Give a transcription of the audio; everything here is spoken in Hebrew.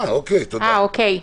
אוקיי.